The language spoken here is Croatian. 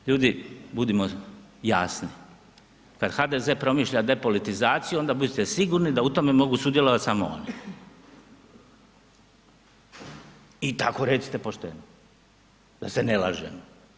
Ljudi budimo jasni, kad HDZ promišlja depolitizaciju onda budite sigurni da u tome mogu sudjelovat samo oni i tako recite pošteno da se ne lažemo.